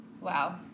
Wow